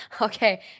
Okay